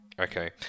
Okay